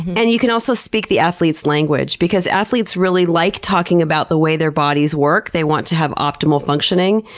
and you can also speak the athlete's language because athletes really like talking about the way their bodies work. they want to have optimal functioning,